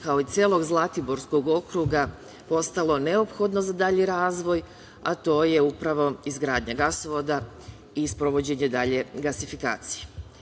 kao i celom Zlatiborskom okrugu postalo neophodno za dalji razvoj, a to je upravo izgradnja gasovoda i sprovođenje dalje gasifikacije. Ovaj